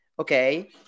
Okay